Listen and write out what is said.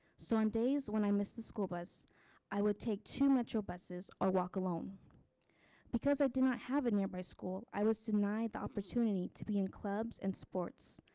so on um days when i missed the school bus i would take too metro buses or walk alone because i do not have a nearby school. i was denied the opportunity to be in clubs and sports.